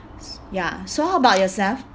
s~ ya so how about yourself